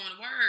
work